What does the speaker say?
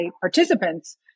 participants